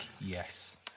yes